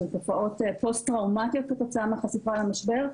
שהן תופעות פוסט טראומטיות כתוצאה מהחשיפה למשבר,